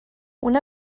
una